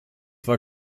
war